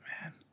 Man